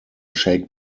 shake